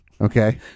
okay